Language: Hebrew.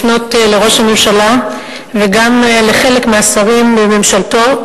לפנות לראש הממשלה וגם לחלק מהשרים בממשלתו,